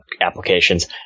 Applications